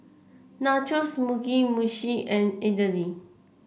Nachos Mugi Meshi and Idili